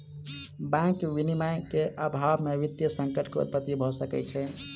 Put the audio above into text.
bank विनियमन के अभाव से वित्तीय संकट के उत्पत्ति भ सकै छै